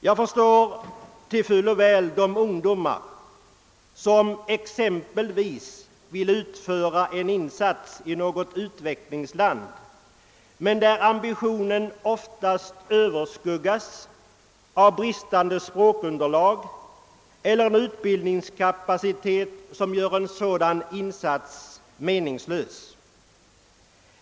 Jag förstår till fullo de ungdomar som t.ex. vill göra en insats i något utvecklingsland men hos vilka ambitionen ofta överskuggas av bristande språkkunskaper eller av en utbildningskapacitet som innebär att en sådan insats blir meningslös.